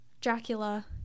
Dracula